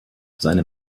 seine